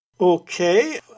Okay